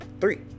Three